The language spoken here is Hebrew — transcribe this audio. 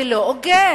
זה לא הוגן.